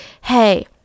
hey